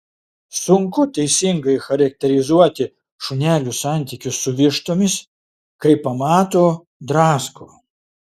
sunku teisingai charakterizuoti šunelių santykius su vištomis kai pamato drasko